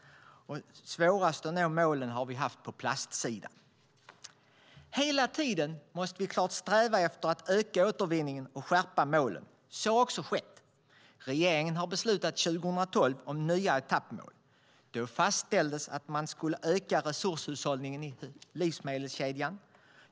Svårast att nå målen har vi haft på plastsidan. Hela tiden måste vi klart sträva efter att öka återvinningen och skärpa målen. Så har också skett. Regeringen beslutade 2012 om nya etappmål. Då fastställdes att man skulle öka resurshushållningen i livsmedelskedjan.